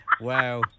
Wow